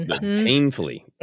Painfully